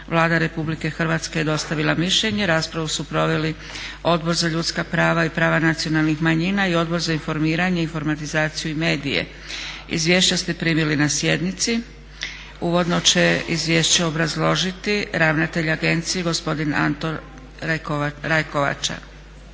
Vlada Republike Hrvatske je dostavila mišljenje. Raspravu su proveli Odbor za ljudska prava i prava nacionalnih manjina i Odbor za informiranje, informatizaciju i medije. Izvješća ste primili na sjednici. Uvodno će izvješće obrazložiti ravnatelj agencije gospodin Anto Rajkovača.